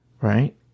Right